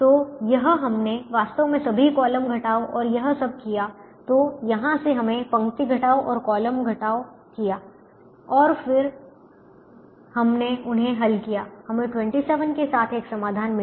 तो जब हमने वास्तव में सभी कॉलम घटाव और यह सब किया तो यहां से हमने पंक्ति घटाव और कॉलम घटाव किया और फिर हमने उन्हें हल किया हमें 27 के साथ एक समाधान मिला